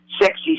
Sexy